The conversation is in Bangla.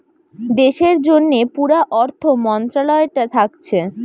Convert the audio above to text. দেশের জন্যে পুরা অর্থ মন্ত্রালয়টা থাকছে